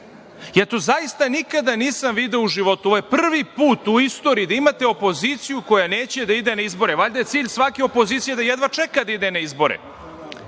Ja to zaista nikada nisam video u životu. Ovo je prvi put u istoriji da imate opoziciju koja neće da ide na izbore. Valjda je cilj svake opozicije da jedva čeka da ide na izbore,